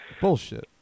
Bullshit